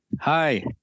Hi